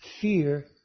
fear